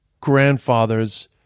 grandfather's